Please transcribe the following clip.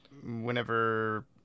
whenever